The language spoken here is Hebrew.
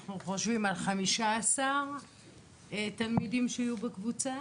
אנחנו חושבים על 15 תלמידים שיהיו בקבוצה,